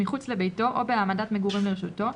מחוץ לביתו או בהעמדת מגורים לרשותו,